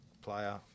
player